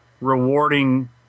rewarding